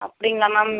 அப்படிங்களா மேம்